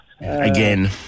Again